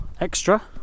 extra